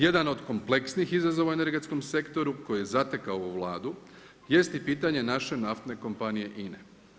Jedan od kompleksnijih izvoza u energetskom sektoru, koji je zatekao ovu Vladu jest i pitanje naše naftne kompanije INA-e.